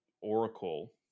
Oracle